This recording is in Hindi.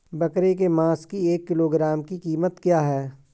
बकरे के मांस की एक किलोग्राम की कीमत क्या है?